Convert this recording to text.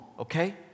okay